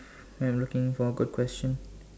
I'm looking for a good question